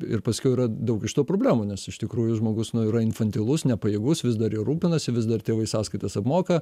ir paskiau yra daug iš to problemų nes iš tikrųjų žmogus yra infantilus nepajėgus vis dar juo rūpinasi vis dar tėvai sąskaitas apmoka